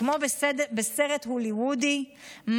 כמו בסרט הוליוודי,